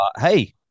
hey